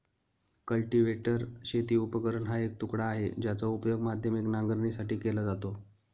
cultivator शेती उपकरण हा एक तुकडा आहे, ज्याचा उपयोग माध्यमिक नांगरणीसाठी केला जातो